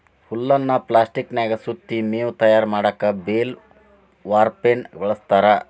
ಹುಲ್ಲನ್ನ ಪ್ಲಾಸ್ಟಿಕನ್ಯಾಗ ಸುತ್ತಿ ಮೇವು ತಯಾರ್ ಮಾಡಕ್ ಬೇಲ್ ವಾರ್ಪೆರ್ನ ಬಳಸ್ತಾರ